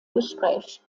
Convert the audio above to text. gespräch